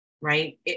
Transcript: right